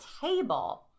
table